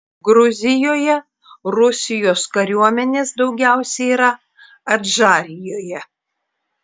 gruzijoje rusijos kariuomenės daugiausiai yra adžarijoje